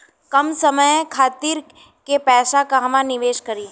कम समय खातिर के पैसा कहवा निवेश करि?